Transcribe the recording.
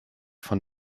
von